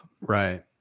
Right